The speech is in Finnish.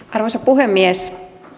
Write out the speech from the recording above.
arvoisa puhemies